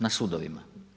Na sudovima.